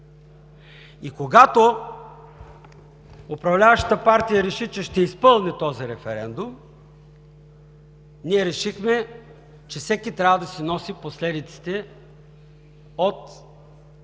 И когато управляващата партия реши, че ще изпълни този референдум, ние решихме, че всеки трябва да си носи последиците от